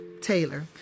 Taylor